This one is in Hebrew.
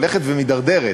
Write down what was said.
הולכת ומידרדרת.